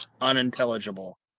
unintelligible